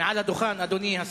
ו-691.